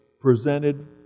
presented